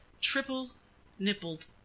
triple-nippled